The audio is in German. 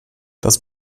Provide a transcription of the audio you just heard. das